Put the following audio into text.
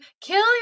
kill